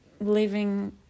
Living